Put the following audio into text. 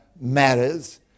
matters